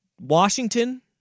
Washington